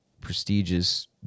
prestigious